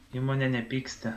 įmonė nepyksti